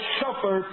suffer